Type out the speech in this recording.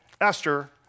Esther